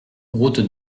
route